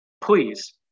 Please